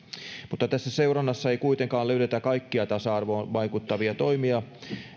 mutta tässä seurannassa ei kuitenkaan löydetä kaikkia tasa arvoon vaikuttavia toimia